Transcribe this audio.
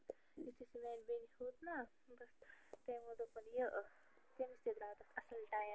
یُتھٕے سُہ میٛانہِ بیٚنہِ ہیوٚت نا بَس تٔمۍ ووٚن دوٚپُن یہِ تٔمِس تہِ درٛاو تتھ اصٕل ٹایِم